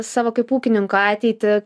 savo kaip ūkininko ateitį